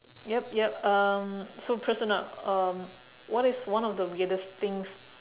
yup yup um so personal um what is one of the weirdest things